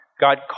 God